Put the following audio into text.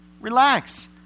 Relax